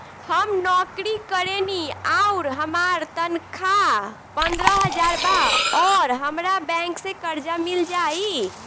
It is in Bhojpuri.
हम नौकरी करेनी आउर हमार तनख़ाह पंद्रह हज़ार बा और हमरा बैंक से कर्जा मिल जायी?